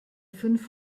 fünf